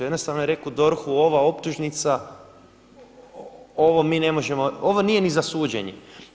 Jednostavno je rekao DORH-u ova optužnica, ovo mi ne možemo, ovo nije ni za suđenje.